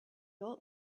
old